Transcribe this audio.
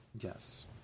Yes